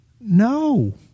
no